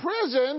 prison